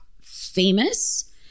famous